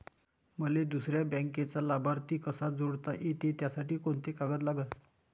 मले दुसऱ्या बँकेचा लाभार्थी कसा जोडता येते, त्यासाठी कोंते कागद लागन?